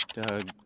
Doug